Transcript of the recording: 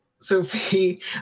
Sophie